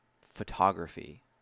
photography